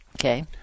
Okay